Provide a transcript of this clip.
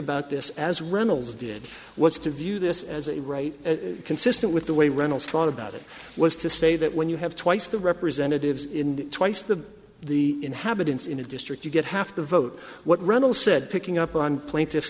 about this as reynolds did was to view this as a right consistent with the way reynolds thought about it was to say that when you have twice the representatives in twice the the inhabitants in a district you get half the vote what randall said picking up on plaintiff